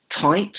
tight